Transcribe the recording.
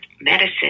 medicine